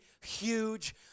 huge